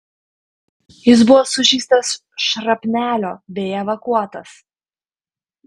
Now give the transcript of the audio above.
jis buvo sužeistas šrapnelio bei evakuotas